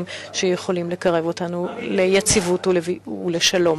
שיכולים לקרב אותנו ליציבות ולשלום.